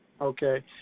Okay